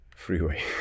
freeway